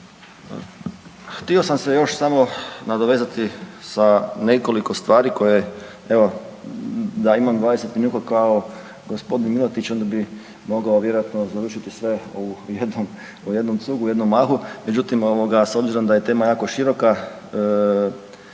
Htio sam se još samo nadovezati sa nekoliko stvari koje evo da imam 20 minuta kao gospodin Milatić onda bi mogao vjerojatno završiti sve u jednom cugu u jednom mahu, međutim ovoga s obzirom da je tema jako široka